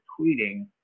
tweeting